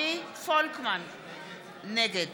נגד